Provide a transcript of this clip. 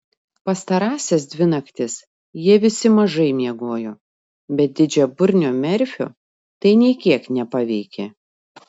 pastarąsias dvi naktis jie visi mažai miegojo bet didžiaburnio merfio tai nė kiek nepaveikė